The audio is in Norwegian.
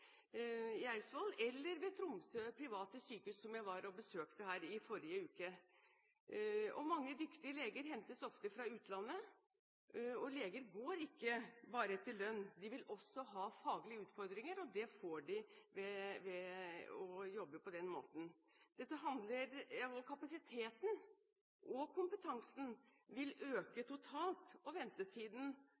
i Eidsvoll, eller ved Tromsø Private Sykehus, som jeg besøkte i forrige uke. Mange dyktige leger hentes ofte fra utlandet, og leger går ikke bare etter lønn. De vil også ha faglige utfordringer, og det får de ved å jobbe på den måten. Kapasiteten og kompetansen vil øke totalt på ventetiden og